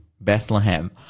Bethlehem